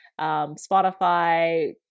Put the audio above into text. spotify